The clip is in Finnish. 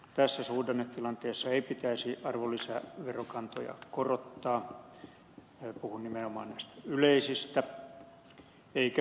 tässä suhdannetilanteessa ei pitäisi arvonlisäverokantoja korottaa puhun nimenomaan näistä yleisistä eikä muutenkaan